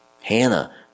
Hannah